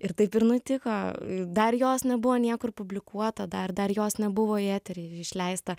ir taip nutiko dar jos nebuvo niekur publikuota dar dar jos nebuvo į eterį išleista